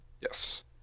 Yes